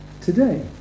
today